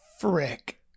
frick